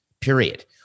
period